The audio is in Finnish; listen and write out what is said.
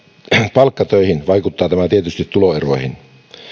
palkkatöihin vaikuttaa tämä tietysti tuloeroihin